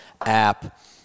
app